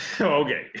Okay